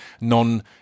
non